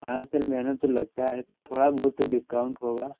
हाँ सर मेहनत तो लगता है थोड़ा बहुत तो डिस्काउंट होगा